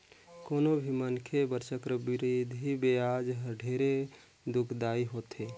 कोनो भी मनखे बर चक्रबृद्धि बियाज हर ढेरे दुखदाई होथे